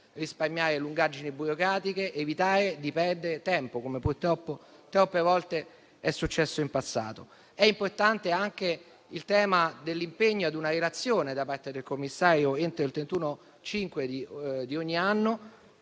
risparmiare lungaggini burocratiche ed evitare di perdere tempo, come purtroppo troppe volte è successo in passato. È importante anche il tema dell'impegno alla trasmissione di una relazione da parte del commissario, entro il 31 maggio di ogni anno,